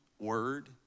word